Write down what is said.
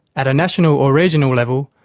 at a national or regional level,